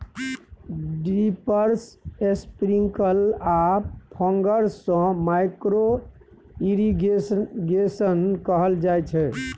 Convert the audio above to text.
drippers, sprinkle आ foggers सँ micro irrigation कहल जाइत छै